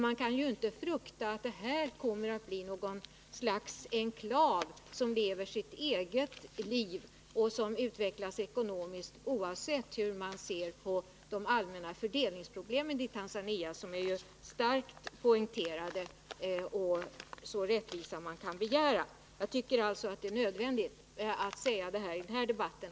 Man behöver inte frukta att projektet ger upphov till något slags enklav som lever sitt eget liv och utvecklas utan sammanhang med hur man annars ser på de allmänna fördelningsproblemen i Tanzania. Jag tycker det är nödvändigt att säga detta i den här debatten.